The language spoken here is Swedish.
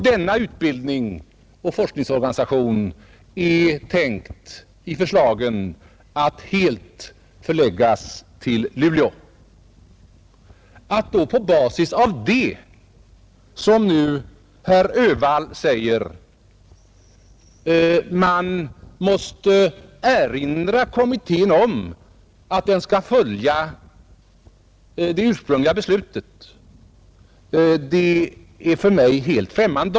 Denna utbildning och forskningsorganisation är enligt förslagen tänkt att helt förläggas till Luleå. Att på basis av detta — som herr Öhvall gör — hävda att man måste erinra kommittén om att den skall följa det ursprungliga beslutet är mig helt främmande.